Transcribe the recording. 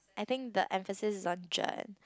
I think the emphasis is on ~geon